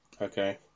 Okay